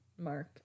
mark